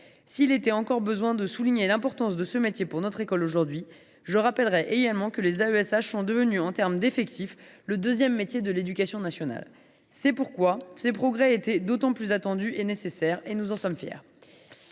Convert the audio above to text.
S’il était encore besoin de souligner l’importance de ce métier pour notre école aujourd’hui, je rappellerais également que les AESH sont devenus, en termes d’effectifs, le deuxième métier de l’éducation nationale. Ces progrès étaient donc attendus et nécessaires ; nous en sommes fiers.